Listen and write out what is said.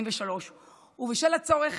ובשל הצורך